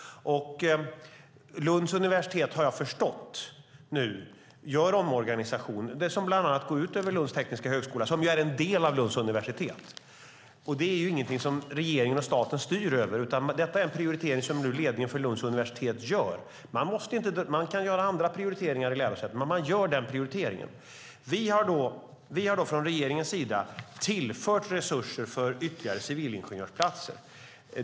Lunds universitet gör nu en omorganisation, har jag förstått, och den går bland annat ut över Lunds tekniska högskola, som ju är en del av Lunds universitet. Det är ingenting som regeringen och staten styr över, utan det är en prioritering som ledningen för Lunds universitet gör. Man kan göra andra prioriteringar vid lärosätet, men man gör just den prioriteringen. Vi har från regeringens sida tillfört resurser för ytterligare civilingenjörsplatser.